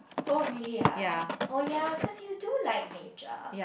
oh really lah oh ya cause you do like nature